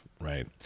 right